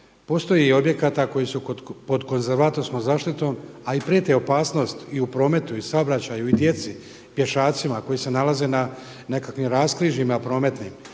postoji objekata koji su pod konzervatorskom zaštitom, a i prijeti opasnost i u prometu i u saobraćaju i djeci, pješacima koji se nalaze na nekakvim raskrižjima prometnim.